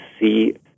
see